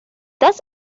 does